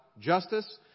justice